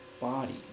body